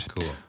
cool